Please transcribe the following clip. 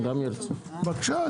בבקשה.